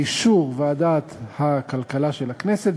באישור ועדת הכלכלה של הכנסת,